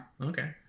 Okay